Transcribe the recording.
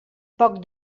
poc